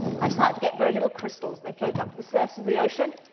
i start to get very little crystals. they float up to the surface of the ocean.